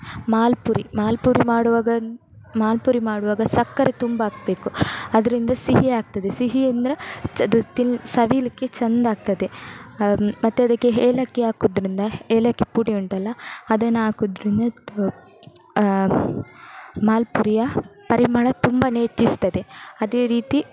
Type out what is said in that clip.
ಮಾಲ್ಪುರಿ ಮಾಲ್ಪುರಿ ಮಾಡುವಾಗ ಮಾಲ್ಪುರಿ ಮಾಡುವಾಗ ಸಕ್ಕರೆ ತುಂಬ ಹಾಕ್ಬೇಕು ಅದರಿಂದ ಸಿಹಿಯಾಗ್ತದೆ ಸಿಹಿಯಿಂದ ಅದು ತಿನ್ ಸವಿಯಲಿಕ್ಕೆ ಚಂದಾಗ್ತದೆ ಮತ್ತೆ ಅದಕ್ಕೆ ಏಲಕ್ಕಿ ಹಾಕೋದ್ರಿಂದ ಏಲಕ್ಕಿ ಪುಡಿ ಉಂಟಲ್ಲ ಅದನ್ನು ಹಾಕೋದ್ರಿಂದ ಮಾಲ್ಪುರಿಯ ಪರಿಮಳ ತುಂಬನೇ ಹೆಚ್ಚಿಸ್ತದೆ ಅದೇ ರೀತಿ